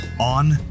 On